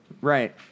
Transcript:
Right